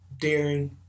Daring